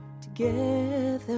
together